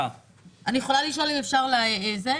אני יכולה לשאול אם אפשר להצביע?